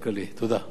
תודה רבה, אדוני.